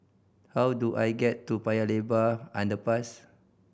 how do I get to Upper Paya Lebar Underpass